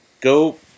Go